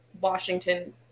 Washington